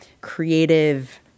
creative